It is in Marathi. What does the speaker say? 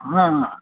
हां